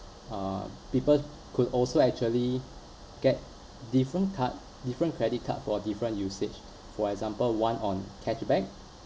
uh people could also actually get different card different credit card for different usage for example one on cashback